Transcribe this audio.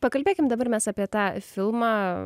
pakalbėkim dabar mes apie tą filmą